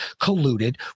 colluded